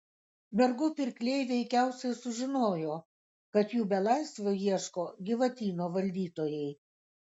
vergų pirkliai veikiausiai sužinojo kad jų belaisvio ieško gyvatyno valdytojai